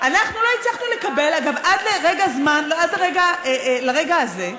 אנחנו לא הצלחנו לקבל, אגב, עד לרגע הזה,